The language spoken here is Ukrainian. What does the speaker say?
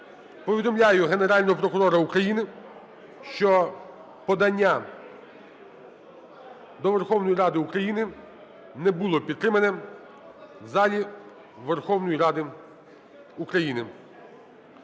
повідомляю Генерального прокурора України, що подання до Верховної Ради України не було підтримано в залі Верховної Ради України.